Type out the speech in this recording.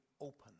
open